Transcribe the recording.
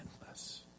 endless